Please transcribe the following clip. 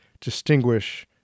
distinguish